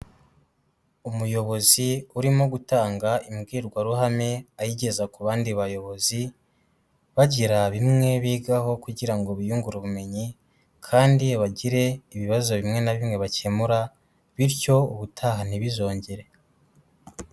Umuyobozi urimo gutanga imbwirwaruhame ayigeza ku bandi Bayobozi, bagira bimwe bigaho kugira ngo biyungure ubumenyi, kandi bagire ibibazo bimwe na bimwe bakemura bityo ubutaha ntibizongere.